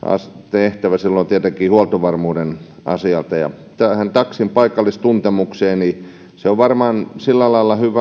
tehtävä silloin tietenkin huoltovarmuuden osalta tähän taksin paikallistuntemukseen se on varmaan sillä lailla hyvä